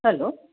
hello